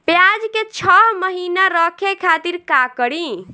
प्याज के छह महीना रखे खातिर का करी?